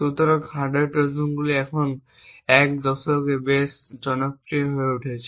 সুতরাং হার্ডওয়্যার ট্রোজানগুলি এখন গত এক দশকে বেশ জনপ্রিয় হয়ে উঠেছে